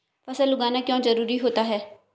फसल उगाना क्यों जरूरी होता है?